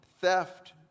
theft